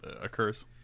occurs